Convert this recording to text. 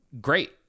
great